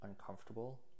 uncomfortable